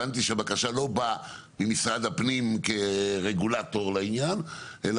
הבנתי שהבקשה לא באה ממשרד הפנים כרגולטור לעניין.